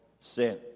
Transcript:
sin